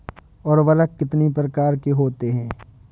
उर्वरक कितनी प्रकार के होते हैं?